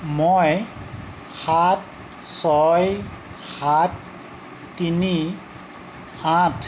মই সাত ছয় সাত তিনি আঠ